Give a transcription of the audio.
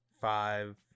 five